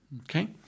Okay